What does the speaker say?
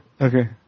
okay